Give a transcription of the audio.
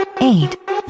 eight